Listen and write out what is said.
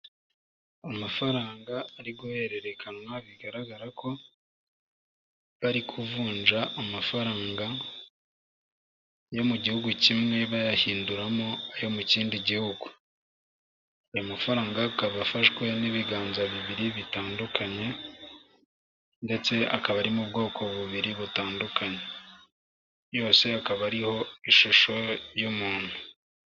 Amafaranga ari guhererekanwa bigaragara ko bari kuvunja amafaranga yo mu gihugu kimwe bayahinduramo ayo mu kindi gihugu, ayomafaranga akaba afashwe n'ibiganza bibiri bitandukanye, ndetse akaba arimo mu bwoko bubiri butandukanye yose akaba ariho ishusho y'umuntu.